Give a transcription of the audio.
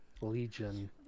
legion